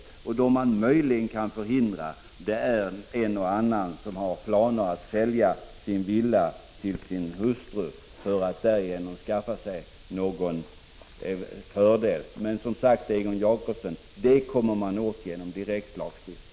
Den brottslighet som man eventuellt kan förhindra är när en och annan person har planer på att sälja sin villa till hustrun för att därigenom skaffa sig en skattemässig fördel. Men det, Egon Jacobsson, kommer man åt genom direktlagstiftning.